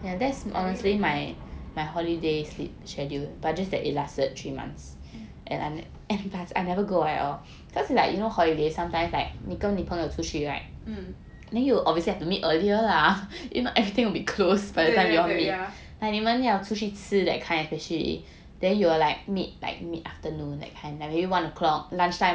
anyway mm 对对对